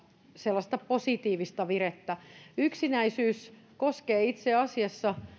sellaista positiivista virettä yksinäisyys koskee itse asiassa